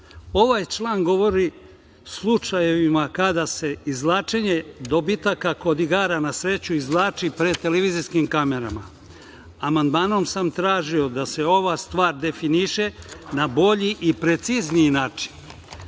Ovaj član govori o slučajevima kada se izvlačenje dobitaka kod igara na sreću izvlači pred TV kamerama. Amandmanom sam tražio da se ova stvar definiše na bolji i precizniji način.